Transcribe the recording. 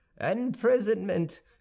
imprisonment